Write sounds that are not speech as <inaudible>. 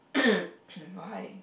<coughs> why